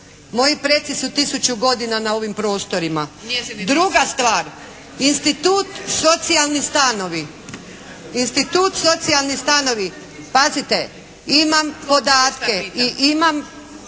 Moji preci su tisuću godina na ovim prostorima. Druga stvar, institut socijalni stanovi pazite imam podatke i imam